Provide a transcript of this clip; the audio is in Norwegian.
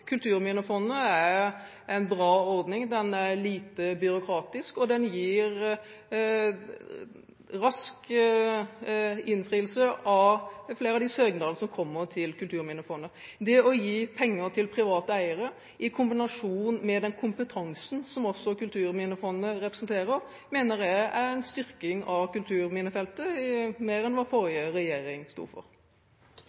Kulturminnefondet er en bra ordning. Den er lite byråkratisk, og den gir rask innfrielse av flere av de søknadene som kommer til Kulturminnefondet. Det å gi penger til private eiere i kombinasjon med den kompetansen som Kulturminnefondet også representerer, mener jeg er en styrking av kulturminnefeltet